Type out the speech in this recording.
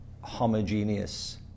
homogeneous